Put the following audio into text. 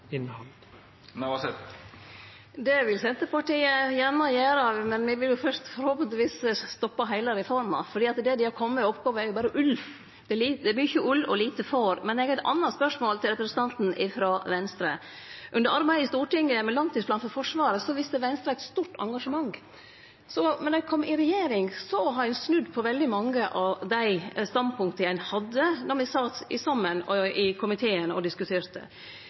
Det vil Senterpartiet gjerne gjere, men me vil jo fyrst forhåpentlegvis stoppe heile reforma, for det de har kome med av oppgåver, er jo berre ull. Det er mykje ull og lite får. Men eg har eit anna spørsmål til representanten frå Venstre. Under arbeidet i Stortinget med langtidsplanen for Forsvaret viste Venstre eit stort engasjement. Då ein kom i regjering, hadde ein snudd på veldig mange av dei standpunkta ein hadde då me sat saman i komiteen og diskuterte.